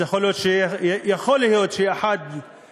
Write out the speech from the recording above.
אז יכול להיות, יכול להיות, ש-1%,